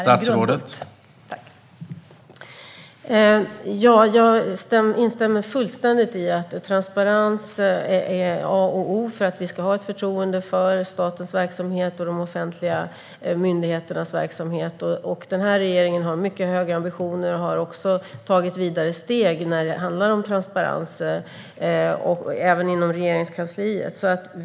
Herr talman! Jag instämmer fullständigt i att transparens är A och O för att vi ska ha ett förtroende för statens verksamhet och de offentliga myndigheternas verksamhet. Den här regeringen har mycket höga ambitioner och har också tagit vidare steg med annan transparens även inom Regeringskansliet.